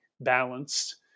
balanced